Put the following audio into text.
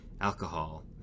alcohol